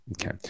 Okay